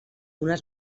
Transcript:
unes